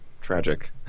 tragic